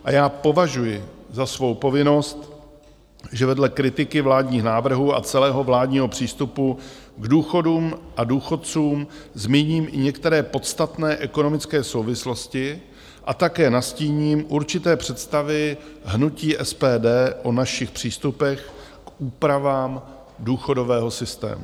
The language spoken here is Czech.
A já považuji za svou povinnost, že vedle kritiky vládních návrhů a celého vládního přístupu k důchodům a důchodcům zmíním i některé podstatné ekonomické souvislosti a také nastíním určité představy hnutí SPD o našich přístupech k úpravám důchodového systému.